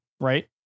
right